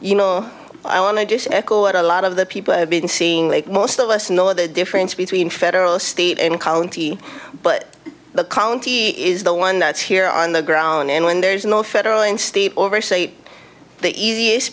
you know i want to do cynical at a lot of the people i've been seeing like most of us know the difference between federal state and county but the county is the one that's here on the ground and when there's no federal and state over state the easiest